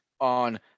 on